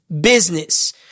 business